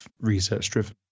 research-driven